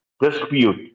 dispute